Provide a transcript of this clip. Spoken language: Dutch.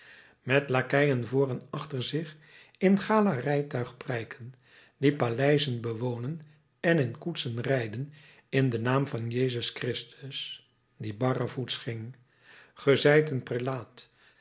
met lakeien vr en achter zich in galarijtuig prijken die paleizen bewonen en in koetsen rijden in den naam van jezus christus die barrevoets ging ge zijt een prelaat